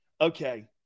Okay